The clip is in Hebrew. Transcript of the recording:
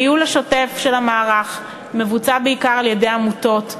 הניהול השוטף של המערך מבוצע בעיקר על-ידי עמותות,